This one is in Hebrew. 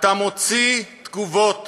אתה מוציא תגובות